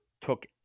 took